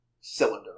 cylinder